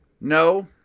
No